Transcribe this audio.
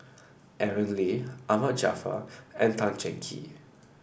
Aaron Lee Ahmad Jaafar and Tan Cheng Kee